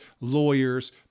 lawyers